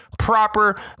proper